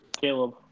Caleb